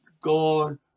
God